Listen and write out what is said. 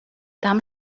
tam